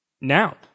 now